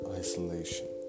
isolation